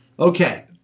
Okay